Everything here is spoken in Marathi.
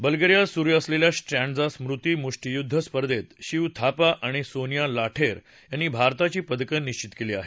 बल्गेरियात सुरु असलेल्या स्ट्रँडजा स्मृती मुष्टीयुद्ध स्पर्धेत शिव थापा आणि सोनिया लाठेर यांनी भारताची पदकं निश्वित केली आहेत